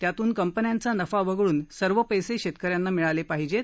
त्यातून कंपन्यांचा नफा वगळून सर्व पैसे शेतकऱ्यांना मिळाले पाहिजेत